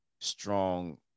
strong